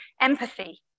empathy